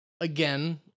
again